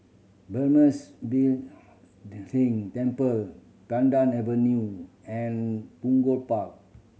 Burmese Temple Pandan Avenue and Punggol Park